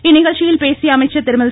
இந்நிகழ்ச்சியில் பேசிய அமைச்சர் திருமதி